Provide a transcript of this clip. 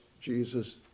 Jesus